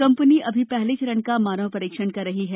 company अभी पहले चरण का मानव परीक्षण कर रही है